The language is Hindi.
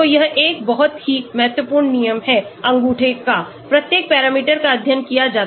तो यह एक बहुत ही महत्वपूर्ण नियम है अंगूठे का प्रत्येक पैरामीटर का अध्ययन किया जाता है